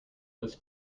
was